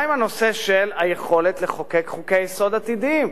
מה עם הנושא של היכולת לחוקק חוקי-יסוד עתידיים?